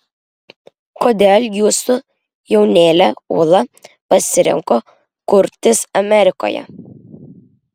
kodėl jūsų jaunėlė ūla pasirinko kurtis amerikoje